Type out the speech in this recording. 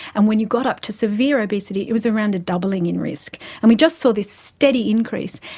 and when you got up to severe obesity it was around a doubling in risk. and we just saw this steady increase.